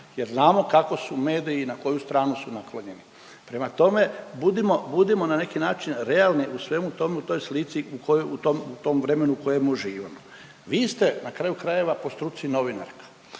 jer znamo kako su mediji i na koju stranu su naklonjeni. Prema tome, budimo, budimo na neki način realni u svemu tom, u toj slici u kojoj, u tom, u tom vremenu u kojemu živimo. Vi ste na kraju krajeva po struci novinarka…